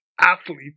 athlete